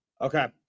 Okay